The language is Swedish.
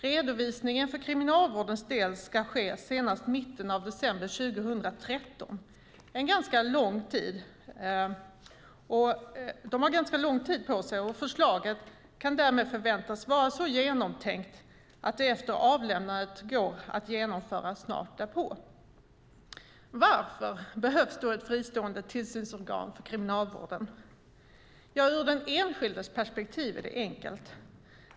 Redovisningen för Kriminalvårdens del ska ske senast i mitten av december 2013. De har ganska lång tid på sig, och förslaget kan därmed förväntas vara så genomtänkt att det efter avlämnandet går att genomföra snart därpå. Varför behövs då ett fristående tillsynsorgan för Kriminalvården? Ja, ur den enskildes perspektiv är svaret enkelt.